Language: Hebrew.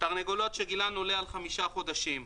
תרנגולות שגילן עולה על חמישה חודשים,